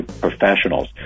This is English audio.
professionals